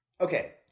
okay